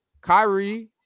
Kyrie